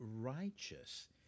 righteous